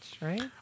right